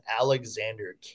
alexander